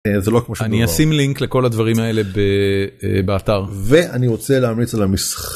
אני אשים לינק לכל הדברים האלה באתר, ואני רוצה להמליץ על המשחק.